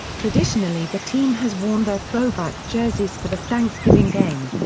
traditionally the team has worn their throwback jerseys for the thanksgiving game.